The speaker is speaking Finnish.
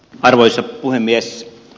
arvoisa puhemies